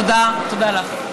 תודה, תודה לך.